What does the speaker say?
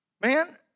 Man